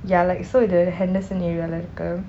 ya like so இது:ithu henderson area லே இருக்கு:lei irukku